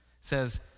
Says